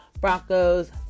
Broncos